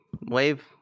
Wave